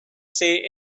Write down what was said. say